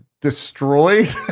destroyed